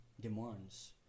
demands